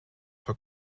for